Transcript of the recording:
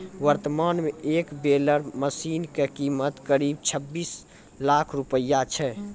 वर्तमान मॅ एक बेलर मशीन के कीमत करीब छब्बीस लाख रूपया छै